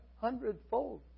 hundredfold